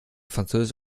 französisch